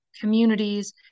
communities